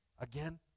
again